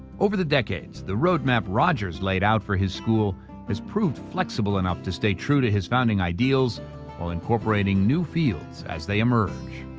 over the decades, the roadmap rogers laid out for his school has proved flexible enough to stay true to his founding ideals while incorporating new fields as they emerge.